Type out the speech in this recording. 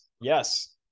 Yes